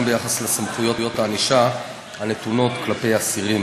ביחס לסמכויות הענישה הנתונות כלפי אסירים.